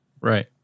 Right